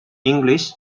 english